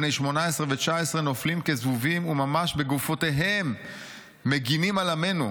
בני 18 ו-19 נופלים כזבובים וממש בגופותיהם מגינים על עמנו'"